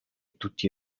tutti